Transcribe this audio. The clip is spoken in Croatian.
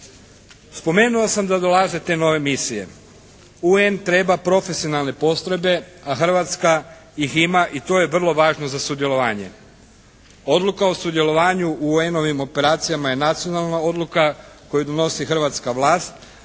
Spomenuo sam da dolaze te nove misije. UN treba profesionalne postrojbe a Hrvatska ih ima i to je vrlo važno za sudjelovanje. Odluka o sudjelovanju u UN-ovim operacijama je nacionalna odluka koju donosi hrvatska vlast,